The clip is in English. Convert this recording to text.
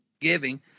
giving